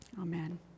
Amen